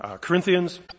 Corinthians